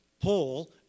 Paul